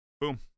boom